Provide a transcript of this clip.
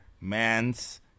Mans